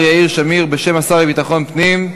השר יאיר שמיר בשם השר לביטחון פנים,